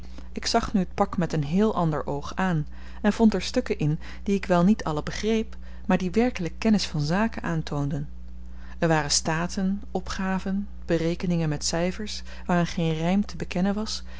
ik zag nu t pak met een heel ander oog aan en vond er stukken in die ik wel niet alle begreep maar die werkelyk kennis van zaken aantoonden er waren staten opgaven berekeningen met cyfers waaraan geen rym te bekennen was